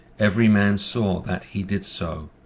every man saw that he did so,